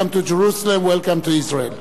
Welcome to Jerusalem, welcome to Israel.